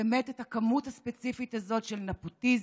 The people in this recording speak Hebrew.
באמת את הכמות הספציפית הזאת של נפוטיזם,